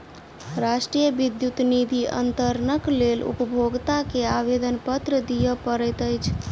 राष्ट्रीय विद्युत निधि अन्तरणक लेल उपभोगता के आवेदनपत्र दिअ पड़ैत अछि